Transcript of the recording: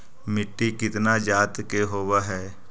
मिट्टी कितना जात के होब हय?